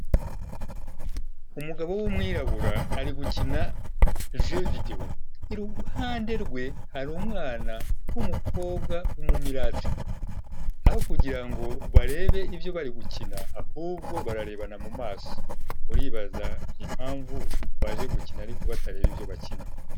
Umugabo w'umwirabura ari gukina je videwo. Iruhande rwe hari umwana w'umukobwa w'umumirate. Aho kugira ngo barebe ibyo bari gukina ahubwo bararebana mu maso. Uribaza impamvu baje gukina ariko batareba ibyo bakina.